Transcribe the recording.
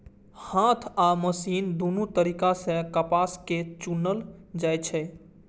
हाथ आ मशीन दुनू तरीका सं कपास कें चुनल जाइ छै